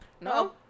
no